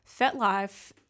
FetLife